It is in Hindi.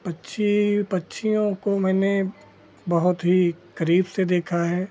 पक्षी पक्षियों को मैंने बहुत ही करीब से देखा है